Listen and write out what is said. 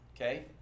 Okay